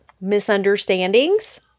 misunderstandings